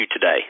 today